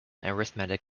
arithmetic